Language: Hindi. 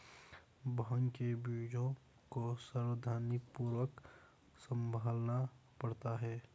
भांग के बीजों को सावधानीपूर्वक संभालना पड़ता है